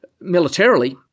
militarily